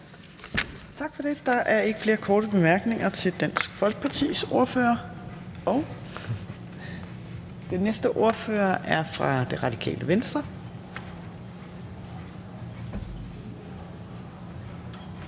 Tak for det. Der er ikke flere korte bemærkninger til Dansk Folkepartis ordfører. Den næste ordfører er fra Det Radikale Venstre.